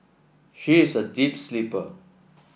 she is a deep sleeper